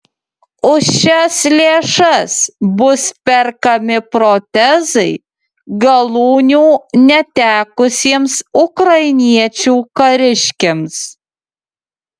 už šias lėšas bus perkami protezai galūnių netekusiems ukrainiečių kariškiams